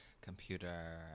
computer